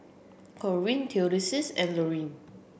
Corene Theodis and Lurline